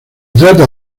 trata